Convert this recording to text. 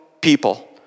people